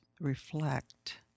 reflect